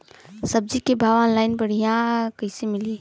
सब्जी के भाव ऑनलाइन बढ़ियां कइसे मिली?